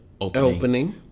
opening